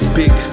big